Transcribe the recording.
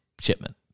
shipment